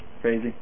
crazy